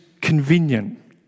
convenient